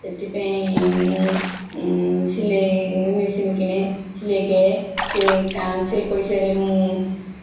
ସେଥିପାଇଁ ମୁଁ ସିଲେଇ ମେସିନ୍ କିଣେ ସିଲେଇ କରେ ସେ କା ସେ ପଇସାରେ ମୁଁ